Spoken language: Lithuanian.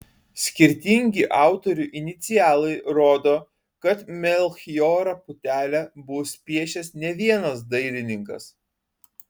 skirtingi autorių inicialai rodo kad melchijorą putelę bus piešęs ne vienas dailininkas